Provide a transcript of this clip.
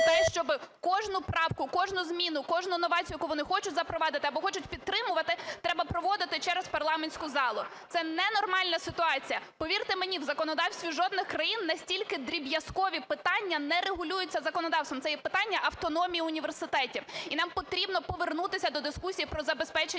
те, щоб кожну правку, кожну зміну, кожну новацію, яку вони хочуть запровадити або хочуть підтримувати, треба проводити через парламентську залу. Це ненормальна ситуація. Повірте мені, в законодавстві жодної з країн настільки дріб'язкові питання не регулюються законодавством. Це є питання автономії університетів. І нам потрібно повернутися до дискусії про забезпечення